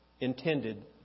intended